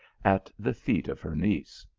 at the feet of her niece.